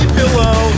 pillow